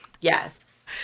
Yes